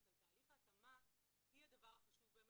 על תהליך ההתאמה היא הדבר החשוב באמת.